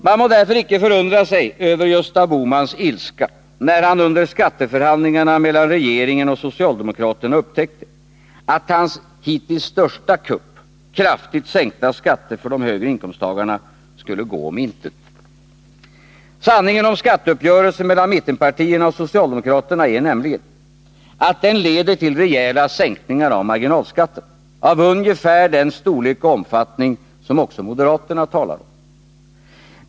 Man må därför icke förundra sig över Gösta Bohmans ilska när han under skatteförhandlingarna mellan regeringen och socialdemokraterna upptäckte att hans hittills största kupp — kraftigt sänkta skatter för de högre inkomsttagarna — skulle gå om intet. Sanningen om skatteuppgörelsen mellan mittenpartierna och socialdemokraterna är nämligen att den leder till rejäla sänkningar av marginalskatten, av ungefär den storlek och omfattning som också moderaterna talat om.